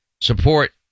support